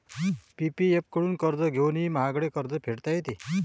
PPF कडून कर्ज घेऊनही महागडे कर्ज फेडता येते